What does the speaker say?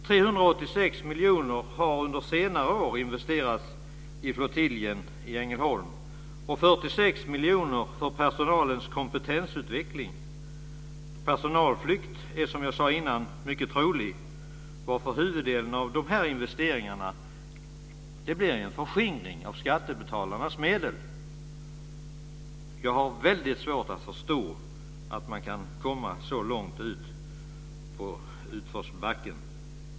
386 miljoner har under senare år investerats i flottiljen i Ängelholm och 46 miljoner för personalens kompetensutveckling. Personalflykt är som sagt mycket trolig, varför huvuddelen av dessa investeringar blir en förskingring av skattebetalarnas medel. Jag har väldigt svårt att förstå att man kan komma så långt ut i utförsbacken.